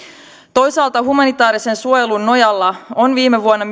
toisaalta humanitaarisen suojelun nojalla on viime vuonna